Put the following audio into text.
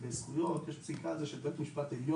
אנחנו מדברים על הסיטואציה הזאת שהוא לא יודע אם הוא זכאי.